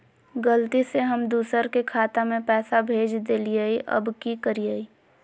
गलती से हम दुसर के खाता में पैसा भेज देलियेई, अब की करियई?